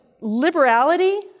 liberality